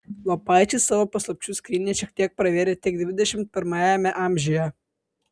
lopaičiai savo paslapčių skrynią šiek tiek pravėrė tik dvidešimt pirmajame amžiuje